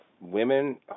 women